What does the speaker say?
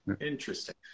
Interesting